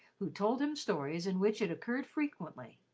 who told him stories in which it occurred frequently.